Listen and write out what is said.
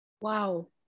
Wow